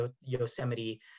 yosemite